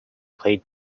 played